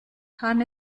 kann